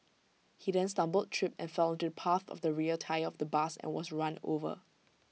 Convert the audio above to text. he then stumbled tripped and fell onto the path of the rear tyre of the bus and was run over